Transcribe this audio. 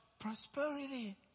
prosperity